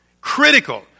critical